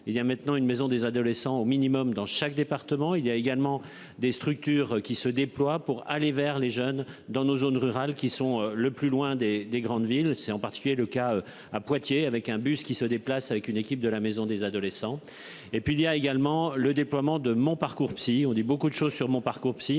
il y a maintenant une maison des adolescents au minimum dans chaque département il y a également des structures qui se déploient pour aller vers les jeunes dans nos zones rurales qui sont le plus loin des des grandes villes, c'est en particulier le cas à Poitiers avec un bus qui se déplace avec une équipe de la Maison des adolescents. Et puis il y a également le déploiement de mon parcours psy. On dit beaucoup de choses sur mon parcours psy